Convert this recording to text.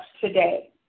today